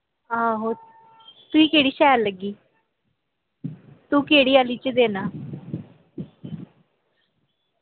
आहो तुई केह्ड़ी शैल लग्गी तू केह्ड़ी आह्ली च देना